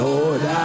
Lord